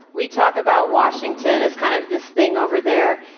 we talk about washington as kind of this thing over there.